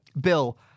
Bill